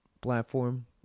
platform